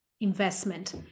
investment